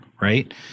right